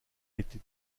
été